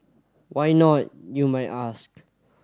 why not you might ask